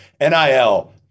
NIL